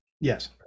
Yes